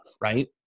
right